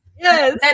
Yes